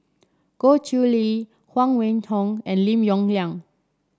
Goh Chiew Lye Huang Wenhong and Lim Yong Liang